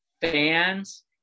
fans